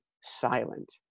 silent